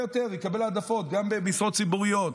הוא יקבל העדפות גם במשרות ציבוריות.